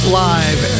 live